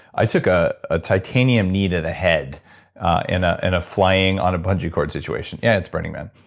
i took ah a titanium knee to the head in a and a flying, on a bungee cord situation. yeah, it's burning man.